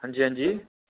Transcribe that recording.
हां जी हां जी